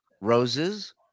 roses